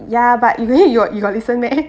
ya but you you got listen meh